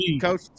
coach